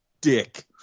dick